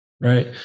right